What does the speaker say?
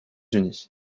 unis